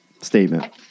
statement